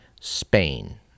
Spain